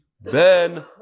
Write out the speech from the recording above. Ben